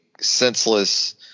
senseless